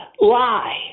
lie